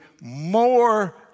more